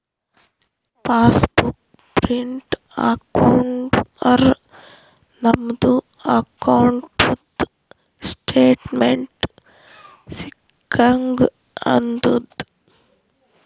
pass book print ಹಾಕೊಂಡುರ್ ನಮ್ದು ಅಕೌಂಟ್ದು ಸ್ಟೇಟ್ಮೆಂಟ್ ಸಿಕ್ಕಂಗ್ ಆತುದ್